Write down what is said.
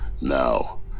Now